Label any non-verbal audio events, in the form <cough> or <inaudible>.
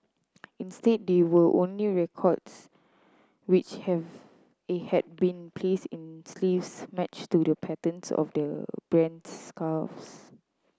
instead there were only records which have <unintelligible> had been placed in sleeves matched to the patterns of the brand's scarves